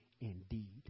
indeed